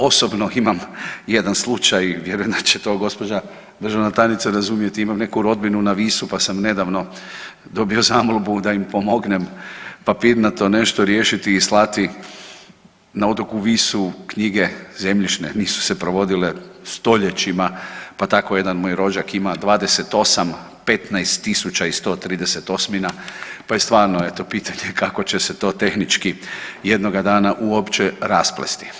Osobno imam jedan slučaj i vjerujem da će to gospođa državna tajnica razumjeti, imam neku rodbinu na Visu pa sam nedavno dobio zamolbu da im pomognem papirnato nešto riješiti i slati, na otoku Visu knjige zemljišne nisu se provodile stoljećima pa tako jedan moj rođak ima 28 15.130 osmina pa je stvarno eto pitanje kako će se to tehnički jednoga dana uopće rasplesti.